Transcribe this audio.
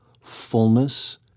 fullness